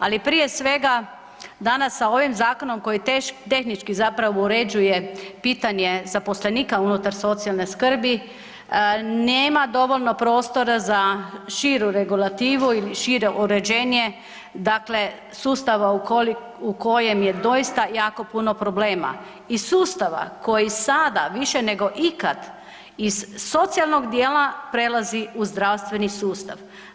Ali prije svega danas sa ovim zakonom koji tehnički zapravo uređuje pitanje zaposlenika unutar socijalne skrbi nema dovoljno prostora za širu regulativu ili šire uređenje dakle sustava u kojem je doista jako puno problema i sustava koji sada više nego ikad iz socijalnog dijela prelazi u zdravstveni sustav.